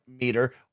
meter